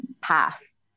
path